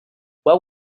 what